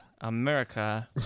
America